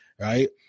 right